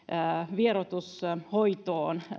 vierotushoitoon